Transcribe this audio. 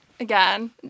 Again